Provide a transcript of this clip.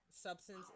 substance